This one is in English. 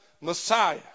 Messiah